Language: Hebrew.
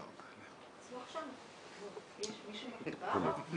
שלום לכולם,